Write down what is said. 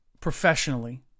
professionally